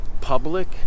public